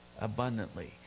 abundantly